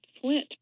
Flint